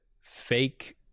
fake